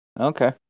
Okay